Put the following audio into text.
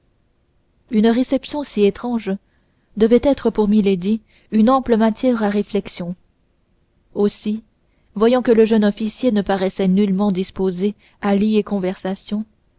une réception si étrange devait être pour milady une ample matière à réflexion aussi voyant que le jeune officier ne paraissait nullement disposé à lier conversation